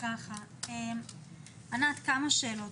כמה שאלות.